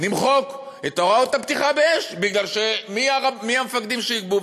נמחק את הוראות הפתיחה באש בגלל שמי הם המפקדים שיקבעו?